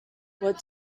what